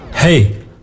Hey